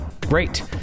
Great